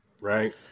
right